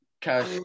cash